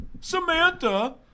samantha